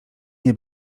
nie